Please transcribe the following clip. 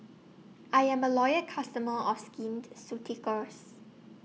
I Am A Loyal customer of Skin Ceuticals